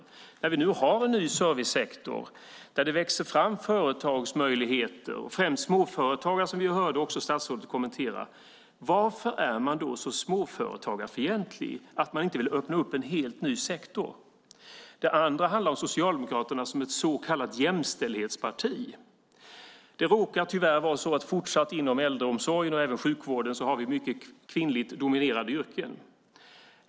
Men när vi nu har en ny servicesektor där det växer fram företagsmöjligheter hos främst småföretagare som vi också hörde statsrådet kommentera, varför är man då så småföretagarfientlig att man inte vill öppna upp en helt ny sektor? Den andra frågan handlar om Socialdemokraterna som ett så kallat jämställdhetsparti. Det råkar tyvärr vara så att inom äldreomsorgen och även sjukvården har vi fortsatt många kvinnligt dominerade yrken.